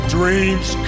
Dreams